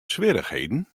swierrichheden